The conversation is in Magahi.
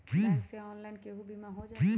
बैंक से ऑनलाइन केहु बिमा हो जाईलु?